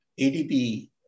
ADB